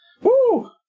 Woo